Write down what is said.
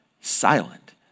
silent